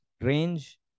range